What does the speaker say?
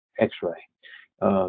x-ray